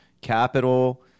capital